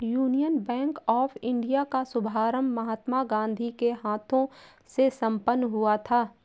union bank of India का शुभारंभ महात्मा गांधी के हाथों से संपन्न हुआ था